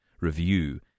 review